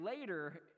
later